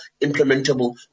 implementable